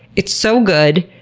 it's so good.